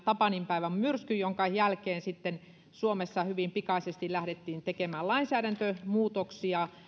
tapaninpäivän myrskyn jonka jälkeen suomessa hyvin pikaisesti lähdettiin tekemään lainsäädäntömuutoksia